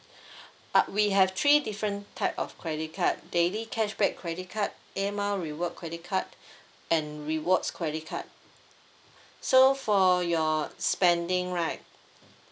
uh we have three different type of credit card daily cashback credit card air mile reward credit card and rewards credit card so for your spending right